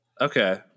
Okay